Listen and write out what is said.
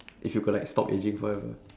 if you could like stop aging forever